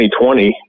2020